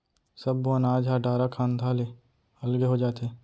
सब्बो अनाज ह डारा खांधा ले अलगे हो जाथे